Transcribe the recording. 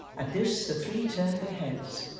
at this, the three turned their heads,